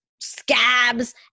scabs